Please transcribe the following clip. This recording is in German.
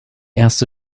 erste